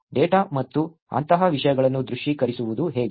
data ಮತ್ತು ಅಂತಹ ವಿಷಯಗಳನ್ನು ದೃಶ್ಯೀಕರಿಸುವುದು ಹೇಗೆ